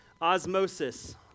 osmosis